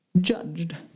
judged